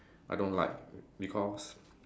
I don't like because